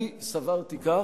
אני סברתי כך,